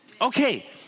Okay